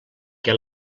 què